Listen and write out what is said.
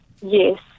Yes